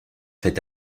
fait